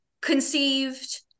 conceived